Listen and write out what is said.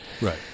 Right